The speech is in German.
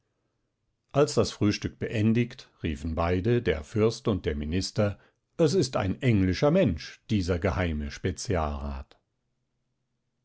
als das frühstück beendigt riefen beide der fürst und der minister es ist ein englischer mensch dieser geheime